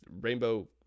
rainbow